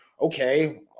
okay